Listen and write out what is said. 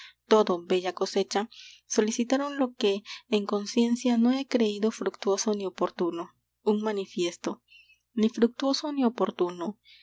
envidia subterránea todo bella cosecha solicitaron lo que en conciencia no he creído fructuoso ni oportuno un manifiesto ni fructuoso ni oportuno